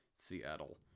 Seattle